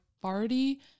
party